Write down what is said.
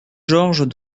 georges